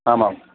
आम् आम्